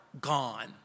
gone